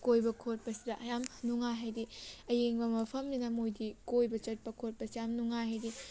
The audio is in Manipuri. ꯀꯣꯏꯕ ꯈꯣꯠꯄꯁꯤꯗ ꯌꯥꯝ ꯅꯨꯡꯉꯥꯏ ꯍꯥꯏꯕꯗꯤ ꯑꯏꯪꯕ ꯃꯐꯝꯅꯤꯅ ꯃꯣꯏꯗꯤ ꯀꯣꯏꯕ ꯆꯠꯄ ꯈꯣꯠꯄꯁꯤ ꯌꯥꯝ ꯅꯨꯡꯉꯥꯏ ꯍꯥꯏꯕꯗꯤ